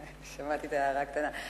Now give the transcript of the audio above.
שמעתי את ההערה הקטנה.